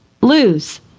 lose